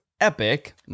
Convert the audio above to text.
epic